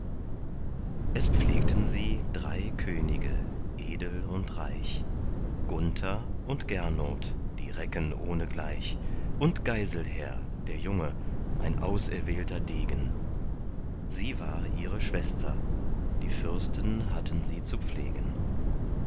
es pflegten sie drei könige edel und reich gunther und gernot die recken ohne gleich und geiselher der junge ein auserwählter degen sie war ihre schwester die fürsten hatten sie zu pflegen